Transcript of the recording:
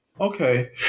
Okay